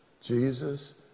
Jesus